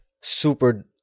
super